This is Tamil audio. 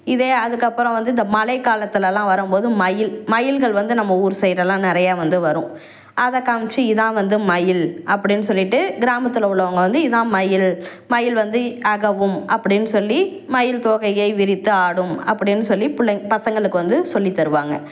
இதே அதுக்கப்புறம் வந்து இந்த மழைக்காலத்திலலாம் வரும் போது மயில் மயில்கள் வந்து நம்ம ஊர் சைடு எல்லாம் நிறையா வந்து வரும் அதை காமிச்சி இதுதான் வந்து மயில் அப்படின்னு சொல்லிட்டு கிராமத்தில் உள்ளவங்கள் வந்து இதுதான் மயில் மயில் வந்து அகவும் அப்படின்னு சொல்லி மயில் தோகையை விரித்து ஆடும் அப்படின்னு சொல்லி பிள்ளைங் பசங்களுக்கு வந்து சொல்லி தருவாங்கள்